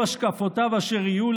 יהיו השקפותיו אשר יהיו,